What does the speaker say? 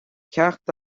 ceacht